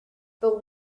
but